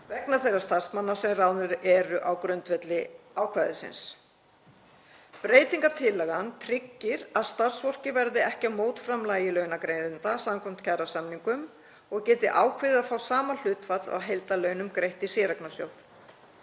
vegna þeirra starfsmanna sem ráðnir eru á grundvelli ákvæðisins. Breytingartillagan tryggir að starfsfólk verði ekki af mótframlagi launagreiðanda samkvæmt kjarasamningum og geti ákveðið að fá sama hlutfall af heildarlaunum greitt í séreignarsjóð.